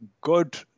good